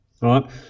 right